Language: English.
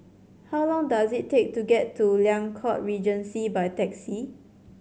how long does it take to get to Liang Court Regency by taxi